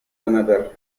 another